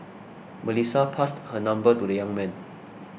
Melissa passed her number to the young man